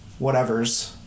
whatevers